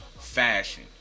fashion